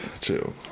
Chill